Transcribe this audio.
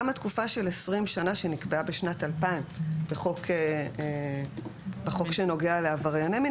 גם התקופה של 20 שנה שהיא נקבעה בשנת 2000 בחוק שנוגע לעברייני מין,